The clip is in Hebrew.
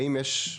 האם יש?